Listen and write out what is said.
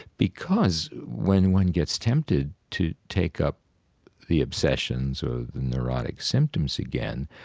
because when one gets tempted to take up the obsessions or neurotic symptoms again,